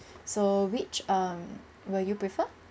so which um will you prefer